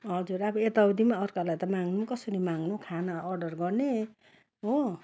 हजुर अब यताउति अर्कालाई त माग्नु कसरी माग्नु खाना अर्डर गर्ने हो